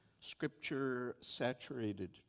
scripture-saturated